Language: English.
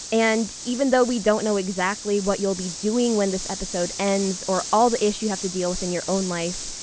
and even though we don't know exactly what you'll be doing when this episode ends or all the ish you have to deal with in your own life,